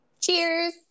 cheers